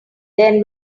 then